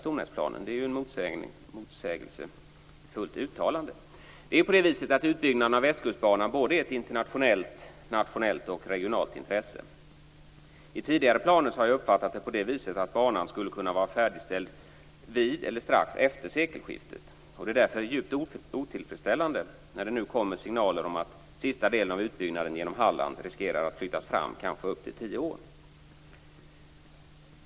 Det är ett motsägelsefullt uttalande. Utbyggnaden av Västkustbanan är av internationellt, nationellt och regionalt intresse. I tidigare planer har jag uppfattat det på det viset att banan skulle kunna vara färdigställd vid eller strax efter sekelskiftet. Det är därför djupt otillfredsställande när det nu kommer signaler om att sista delen av utbyggnaden genom Halland riskerar att skjutas fram kanske upp till tio år.